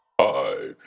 Hi